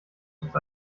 ist